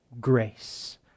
grace